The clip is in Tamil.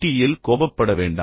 யில் கோபப்பட வேண்டாம்